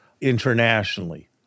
internationally